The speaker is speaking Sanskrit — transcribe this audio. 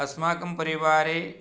अस्माकं परिवारे